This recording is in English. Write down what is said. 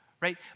right